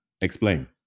Explain